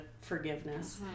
forgiveness